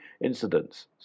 incidents